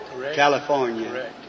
California